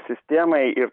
sistemai ir